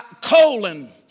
colon